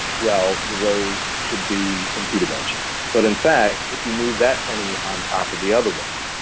well, the rows should be in two dimensions. but in fact, if you move that penny on top of the other one,